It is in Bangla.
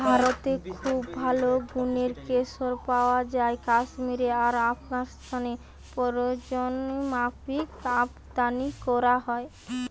ভারতে খুব ভালো গুনের কেশর পায়া যায় কাশ্মীরে আর আফগানিস্তানে প্রয়োজনমাফিক আমদানী কোরা হয়